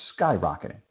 skyrocketing